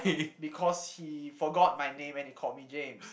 because he forgot my name and he called me James